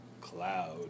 cloud